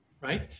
right